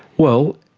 well,